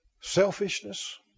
selfishness